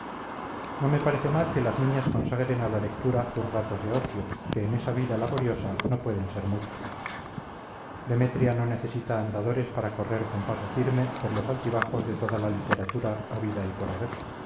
no me parece mal que las niñas consagren a la lectura sus ratos de ocio que en esa vida laboriosa no pueden ser muchos demetria no necesita andadores para correr con paso firme por los altibajos de toda la literatura habida y por haber